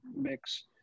mix